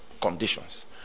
conditions